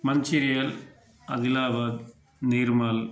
Mancherial Adilabad Nirmal